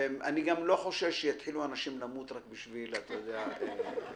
אני גם לא חושש שיתחילו אנשים למות רק בשביל לממש